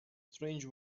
strange